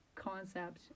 concept